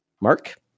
Mark